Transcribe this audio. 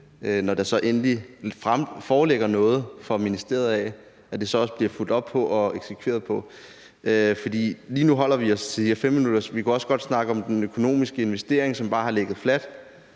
så endelig foreligger noget fra ministeriet, også bliver fulgt op på det og eksekveret på det. For lige nu holder vi os til de her 5 minutter. Vi kunne også godt snakke om den økonomiske investering, som bare har ligget fladt